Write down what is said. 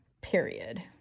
period